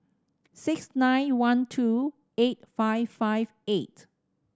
six nine one two eight five five eight